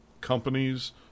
companies